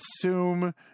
assume